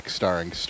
starring